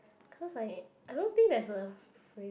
cause I I don't think there's a